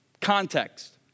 context